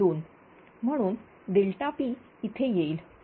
म्हणून P इथे येईल